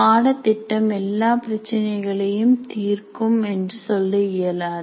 பாடத்திட்டம் எல்லா பிரச்சினைகளையும் தீர்க்கும் என்று சொல்ல இயலாது